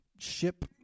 ship